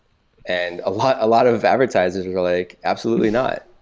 and ah lot lot of advertisements were like, absolutely not.